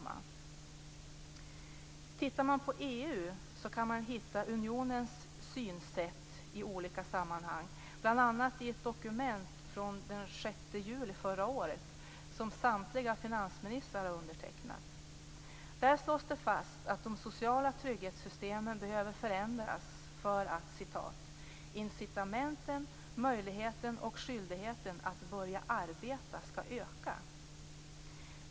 Om man tittar på EU kan man hitta unionens synsätt i olika sammanhang, bl.a. i ett dokument från den 6 juli förra året som samtliga finansministrar har undertecknat. Där slås det fast att de sociala trygghetssystemen behöver förändras för att incitamenten, möjligheten och skyldigheten att börja arbeta, skall öka.